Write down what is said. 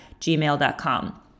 gmail.com